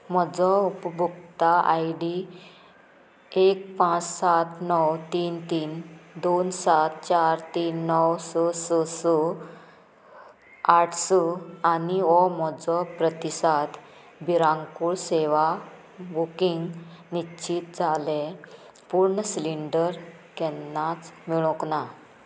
म्हजो उपभोक्ता I D एक पांच सात णव तीन तीन दोन सात चार तीन णव स स स आठ स आनी हो म्होजो प्रतिसाद विरांकूळ सेवा बुकींग निश्चीत जाले पूण सिलिंडर केन्नाच मेळूंक ना